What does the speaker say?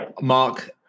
Mark